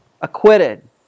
acquitted